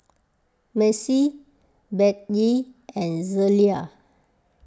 Macy Bettye and Zelia